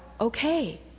okay